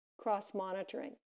cross-monitoring